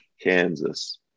Kansas